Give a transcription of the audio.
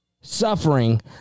suffering